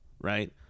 right